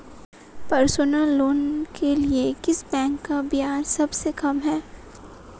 Personal loan के लिए किस बैंक का ब्याज सबसे कम है?